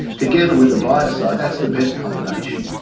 together with a biocide, that's the best combination.